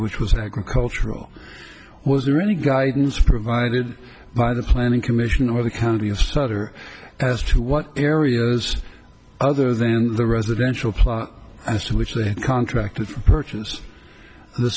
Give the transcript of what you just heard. which was that cultural was there any guidance provided by the planning commission or the county of sutter as to what areas other than the residential plan as to which they had contracted for purchase the